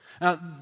Now